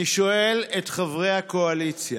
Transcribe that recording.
אני שואל את חברי הקואליציה: